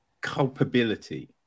culpability